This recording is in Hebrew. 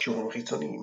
קישורים חיצוניים